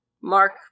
Mark